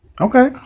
Okay